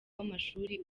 w’amashuri